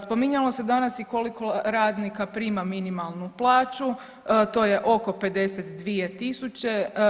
Spominjalo se danas i koliko radnika prima minimalnu plaću, to je oko 52.000.